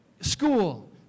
school